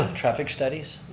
um traffic studies?